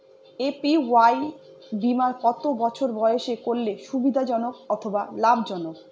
APY বীমা কত বছর বয়সে করলে সুবিধা জনক অথবা লাভজনক?